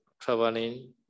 traveling